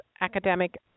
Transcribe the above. academic